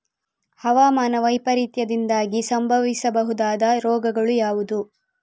ಹವಾಮಾನ ವೈಪರೀತ್ಯದಿಂದಾಗಿ ಸಂಭವಿಸಬಹುದಾದ ರೋಗಗಳು ಯಾವುದು?